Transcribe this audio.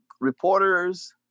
reporters